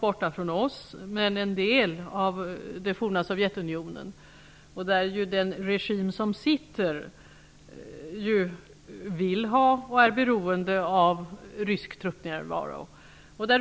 Staten, som är en del av det forna Sovjetunionen, ligger geografiskt långt från Sverige. Den sittande regimen vill ha och är beroende av rysk truppnärvaro.